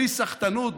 בלי סחטנות,